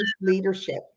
leadership